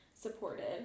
supported